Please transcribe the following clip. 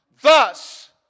Thus